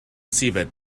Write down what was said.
seabed